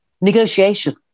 Negotiation